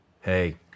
Hey